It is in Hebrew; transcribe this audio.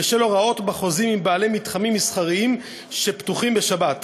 בשל הוראות בחוזים עם בעלי מתחמים מסחריים שפתוחים בשבת.